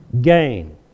gain